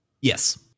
yes